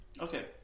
okay